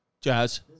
Jazz